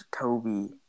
Toby